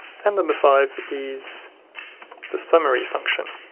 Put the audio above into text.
and number five is the summary function